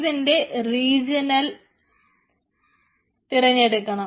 ഇതിൻറെ റീജിയണൽ തിരഞ്ഞെടുക്കണം